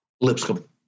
Lipscomb